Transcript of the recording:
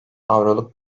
avroluk